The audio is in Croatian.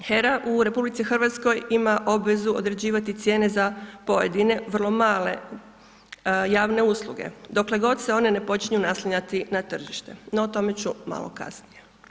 HERA u RH, ima obvezu određivati cijene za pojedine vrlo male, javne usluge, dokle god se one ne počinju naslanjati na tržište, no o tome, ću malo kasnije.